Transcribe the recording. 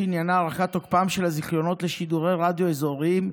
שעניינה הארכת תוקפן של הזיכיונות לשידורי רדיו אזוריים,